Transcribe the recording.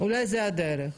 אולי זו הדרך.